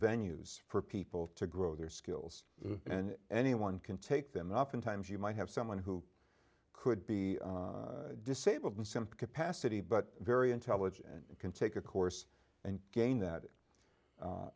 venues for people to grow their skills and anyone can take them up in times you might have someone who could be disabled in some capacity but very intelligent can take a course and gain that